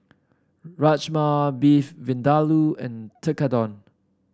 Rajma Beef Vindaloo and Tekkadon